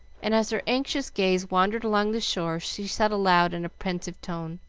and as her anxious gaze wandered along the shore, she said aloud, in a pensive tone